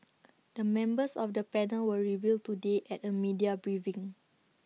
the members of the panel were revealed today at A media briefing